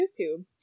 YouTube